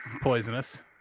poisonous